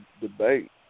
debate